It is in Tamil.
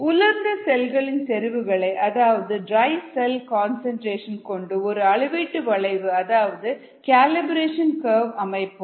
உலர்ந்த செல்களின் செறிவுகளை அதாவது ட்ரை செல் கன்சன்ட்ரேஷன் கொண்டு ஒரு அளவீட்டு வளைவு அதாவது கலிப்ரேஷன் கர்வு அமைப்போம்